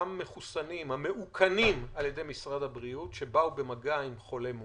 אותם מחוסנים המאוכנים על ידי משרד הבריאות שבאו במגע עם חולה מאומת,